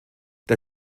der